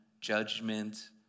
judgment